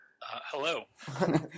Hello